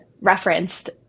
referenced